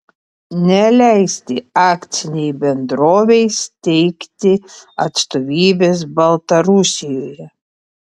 neleisti akcinei bendrovei steigti atstovybės baltarusijoje